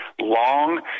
long